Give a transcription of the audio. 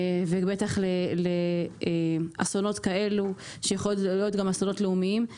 ובטח באסונות כאלו שיכולים להיות גם אסונות לאומיים.